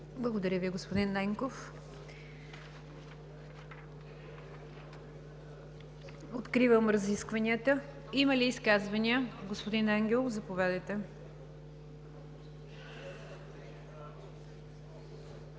Благодаря Ви, господин Ненков. Откривам разискванията. Има ли изказвания? Господин Ангелов, заповядайте.